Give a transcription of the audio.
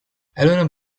aluminium